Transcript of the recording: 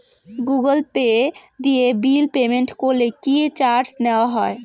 Google Pay দিয়ে bill payment করলে কি চার্জ নেওয়া হয়?